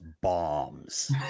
bombs